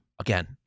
Again